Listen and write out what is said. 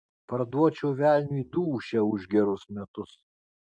parduočiau velniui dūšią už gerus metus